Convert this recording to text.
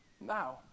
now